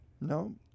No